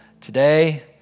today